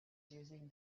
using